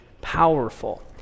powerful